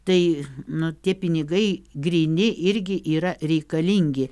tai na tie pinigai gryni irgi yra reikalingi